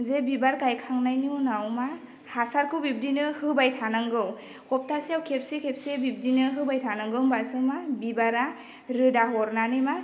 जे बिबार गायखांनायनि उनाव मा हासारखौ बिबदिनो होबाय थानांगौ सप्तासेआव खेबसे खेबसे बिब्दिनो होबाय थानांगौ होमबासो मा बिबारा रोदा हरनानै मा